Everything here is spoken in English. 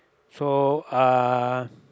so uh